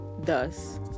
thus